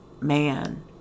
man